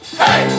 hey